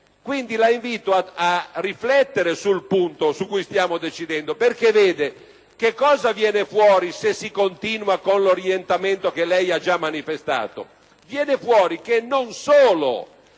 Quindi, la invito a riflettere sul punto su cui stiamo decidendo, perché cosa viene fuori se si continua con l'orientamento che lei ha già manifestato?